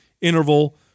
interval